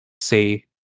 say